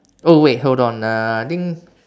oh wait hold uh I think